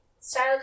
style